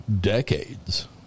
decades